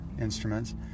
instruments